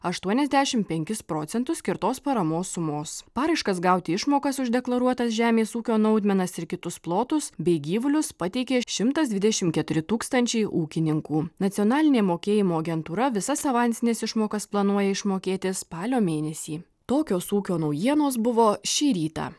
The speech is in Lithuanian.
aštuoniasdešimt penkis procentus skirtos paramos sumos paraiškas gauti išmokas už deklaruotas žemės ūkio naudmenas ir kitus plotus bei gyvulius pateikė šimtas dvidešimt keturi tūkstančiai ūkininkų nacionalinė mokėjimo agentūra visas avansines išmokas planuoja išmokėti spalio mėnesį tokios ūkio naujienos buvo šį rytą